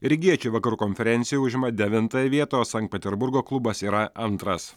rygiečiai vakarų konferencijoj užima devintąją vietą o sankt peterburgo klubas yra antras